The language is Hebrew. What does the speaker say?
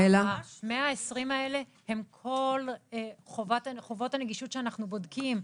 ה-120 האלה הם כל חובות הנגישות שאנחנו בודקים.